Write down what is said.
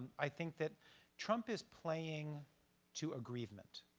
i think that trump is playing to aggrievement.